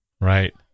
Right